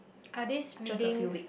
are these readings